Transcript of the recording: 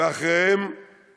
ואחריהם